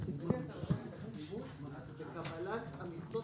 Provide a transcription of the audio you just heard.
כשבא השירות הווטרינרי והוא אומר לחקלאים,